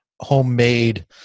homemade